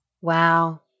Wow